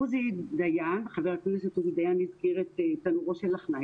עוזי דיין, חבר הכנסת, הזכיר את "תנורו על עכנאי".